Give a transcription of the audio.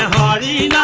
body